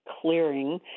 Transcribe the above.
clearing